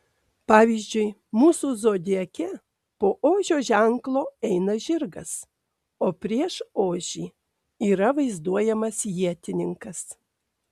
pavyzdžiui mūsų zodiake po ožio ženklo eina žirgas o prieš ožį yra vaizduojamas ietininkas